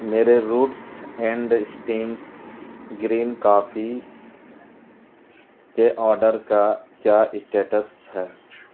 میرے roots and stems green coffee کے order کا کیا اسٹیٹس ہے